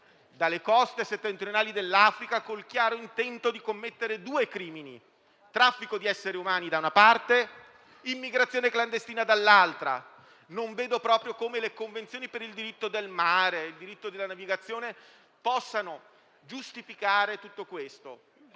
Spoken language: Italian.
dalle coste settentrionali dell'Africa con il chiaro intento di commettere due crimini: traffico di essere umani, da una parte, e immigrazione clandestina dall'altra. Non vedo proprio come le convenzioni sul diritto del mare e della navigazione possano giustificare tutto questo.